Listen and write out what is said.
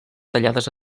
tallades